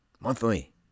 Monthly